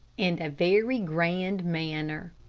and a very grand manner.